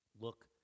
look